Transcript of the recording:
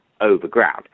overground